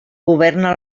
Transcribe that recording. governa